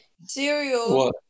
cereal